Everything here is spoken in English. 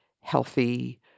healthy